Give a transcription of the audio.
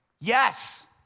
yes